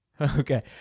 okay